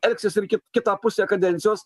elgsis ir kitą pusę kadencijos